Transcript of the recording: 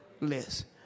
list